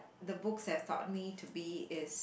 the books have taught me to be is